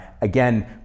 Again